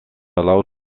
allowed